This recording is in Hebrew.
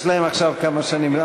יש להם עכשיו כמה שנים.